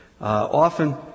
Often